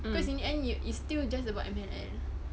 because in the end you is still just about M_N_L